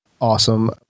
Awesome